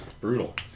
Brutal